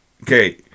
okay